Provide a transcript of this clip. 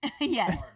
Yes